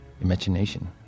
imagination